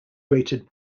rated